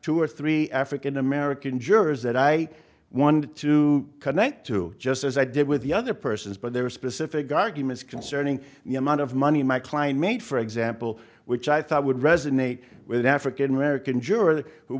two or three african american jurors that i wanted to connect to just as i did with the other persons but there were specific documents concerning the amount of money my client made for example which i thought would resonate with african american jurors who